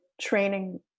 training